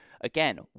again